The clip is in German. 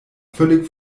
völlig